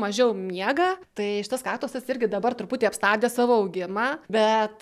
mažiau miega tai šitas kaktusas irgi dabar truputį apstabdė savo augimą bet